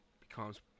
becomes